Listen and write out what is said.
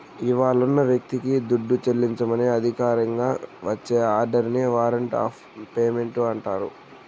ఇవ్వాలున్న వ్యక్తికి దుడ్డు చెల్లించమని అధికారికంగా వచ్చే ఆర్డరిని వారంట్ ఆఫ్ పేమెంటు అంటాండారు